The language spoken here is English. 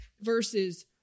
versus